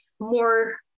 more